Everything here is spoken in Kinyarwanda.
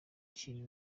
kintu